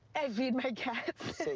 i feed my cats.